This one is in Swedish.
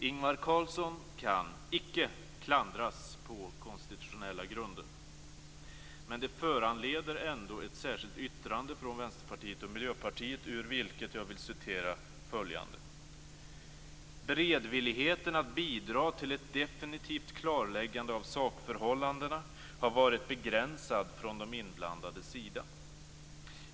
Ingvar Carlsson kan icke klandras på konstitutionella grunder. Men det föranleder ändå ett särskilt yttrande från Vänsterpartiet och Miljöpartiet, ur vilket jag vill citera följande: "Beredvilligheten att bidra till ett definitivt klarläggande av sakförhållandena har varit begränsad från de inblandades sida.